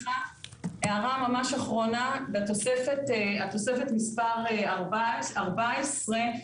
הערה ממש אחרונה בתוספת מספר 14,